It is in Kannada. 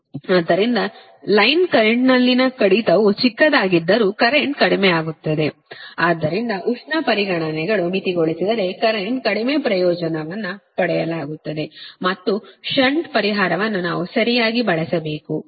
ಆದ್ದರಿಂದ ಲೈನ್ ಕರೆಂಟ್ಲ್ಲಿನ ಕಡಿತವು ಚಿಕ್ಕದಾಗಿದ್ದರೂ ಕರೆಂಟ್ ಕಡಿಮೆಯಾಗುತ್ತದೆ ಆದ್ದರಿಂದ ಉಷ್ಣ ಪರಿಗಣನೆಗಳು ಮಿತಿಗೊಳಿಸಿದರೆ ಕರೆಂಟ್ ಕಡಿಮೆ ಪ್ರಯೋಜನವನ್ನು ಪಡೆಯಲಾಗುತ್ತದೆ ಮತ್ತು ಷಂಟ್ ಪರಿಹಾರವನ್ನು ನಾವು ಸರಿಯಾಗಿ ಬಳಸಬೇಕು